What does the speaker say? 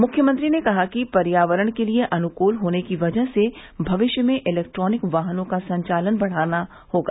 मुख्यमंत्री ने कहा कि पर्यावरण के लिये अनुकूल होने की वजह से मविष्य में इलेक्ट्रिक वाहनों का संचालन बढ़ाना होगा